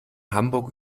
hamburg